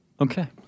Okay